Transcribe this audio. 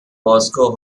bosco